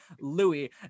louis